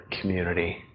community